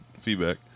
Feedback